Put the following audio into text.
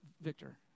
victor